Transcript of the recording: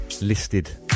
listed